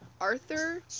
Arthur